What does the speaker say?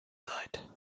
seid